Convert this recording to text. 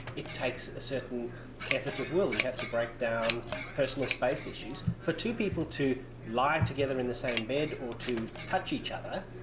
it takes a certain effort of will, you have to break down personal space issues. for two people to lie together in the same bed or to touch each other,